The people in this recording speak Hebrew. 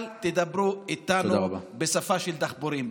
אל תדברו איתנו בשפה של דחפורים.